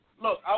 Look